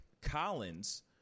Collins